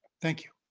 thank you.